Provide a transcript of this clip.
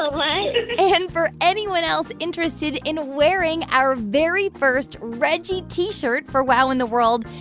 like and for anyone else interested in wearing our very first reggie t-shirt for wow in the world,